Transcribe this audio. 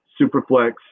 Superflex